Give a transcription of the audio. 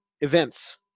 events